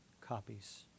copies